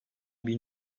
bin